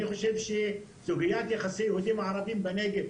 אני חושבת שסוגיית יחסי ערבים-יהודים בנגב,